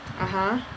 (uh huh)